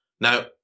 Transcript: Now